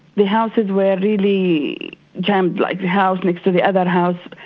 the houses were really jammed like house next to the other house.